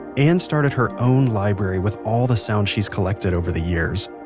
ann started her own library with all the sounds she's collected over the years.